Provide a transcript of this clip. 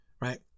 right